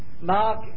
Mark